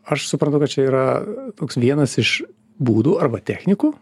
aš suprantu kad čia yra toks vienas iš būdų arba technikų